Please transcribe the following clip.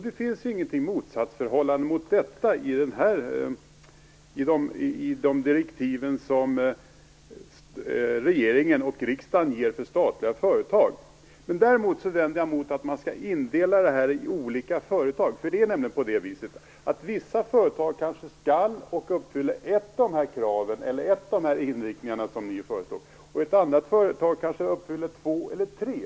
Det finns inget motsatsförhållande mot detta i de direktiv som regeringen och riksdagen ger för statliga företag. Men däremot vänder jag mig emot indelningen i olika företag. Det är nämligen så att vissa företag kanske uppfyller ett av kraven, eller en av inriktningarna som Miljöpartiet föreslår, och ett annat företag kanske uppfyller två eller tre.